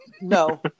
No